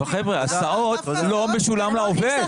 אבל הסעות לא משולמות לעובד.